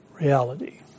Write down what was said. reality